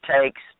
takes